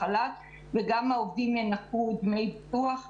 אני מבינה שבעלי שליטה יפוצו בדרך של העצמאים.